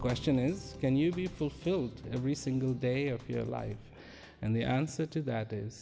question is can you be fulfilled every single day of your life and the answer to that is